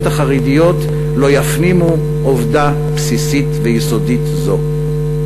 החרדיות לא יפנימו עובדה בסיסית ויסודית זו.